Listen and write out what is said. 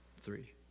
three